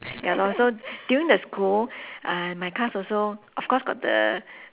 ya lor so during the school uh my class also of course got the